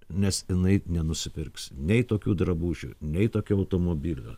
nes jinai nenusipirks nei tokių drabužių nei tokiu automobilių